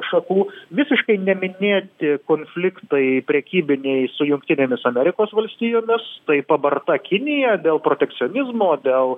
šakų visiškai neminėti konfliktai prekybiniai su jungtinėmis amerikos valstijomis tai pabarta kinija dėl protekcionizmo dėl